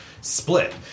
split